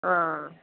हां